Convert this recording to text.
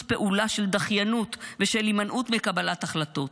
פעולה של דחיינות ושל הימנעות מקבלת החלטות.